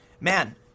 Man